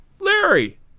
larry